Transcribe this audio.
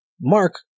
Mark